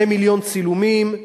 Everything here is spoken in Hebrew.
2 מיליון צילומים,